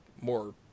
more